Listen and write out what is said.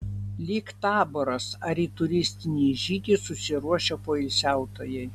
lyg taboras ar į turistinį žygį susiruošę poilsiautojai